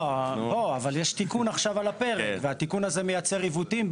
אבל יש תיקון על הפרק והתיקון הזה מייצר עיוותים,